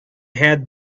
had